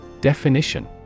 Definition